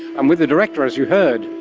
i'm with the director, as you heard,